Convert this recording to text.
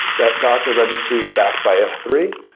that docker registry is backed by s three,